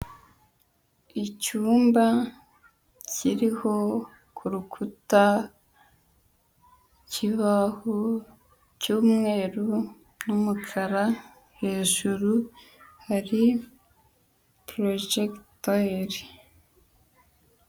Icyumba kiriho k'urukuta ikibaho cy'umweru n'umukara, hejuru hari porojegiteri.